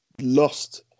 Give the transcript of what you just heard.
lost